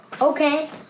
okay